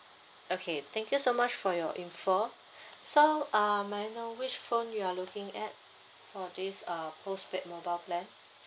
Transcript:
okay thank you so much for your info so uh may I know which phone you are looking at for this uh postpaid mobile plan